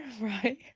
right